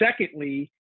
secondly